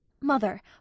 Mother